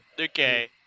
Okay